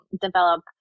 develop